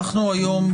היום,